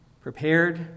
prepared